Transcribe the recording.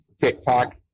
TikTok